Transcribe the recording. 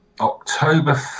October